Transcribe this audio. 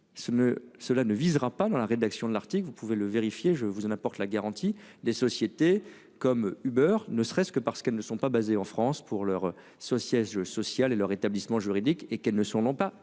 cela ne visera pas dans la rédaction de l'article, vous pouvez le vérifier, je vous en apporte la garantie des sociétés comme uber, ne serait-ce que parce qu'elles ne sont pas basés en France, pour l'heure, c'est au siège social et le rétablissement juridique et qu'elles ne sont non pas